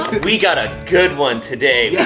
we got a good one today, yeah